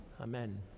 Amen